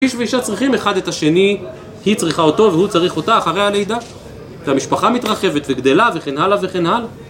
איש ואישה צריכים אחד את השני, היא צריכה אותו והוא צריך אותה אחרי הלידה והמשפחה מתרחבת וגדלה וכן הלאה וכן הלאה...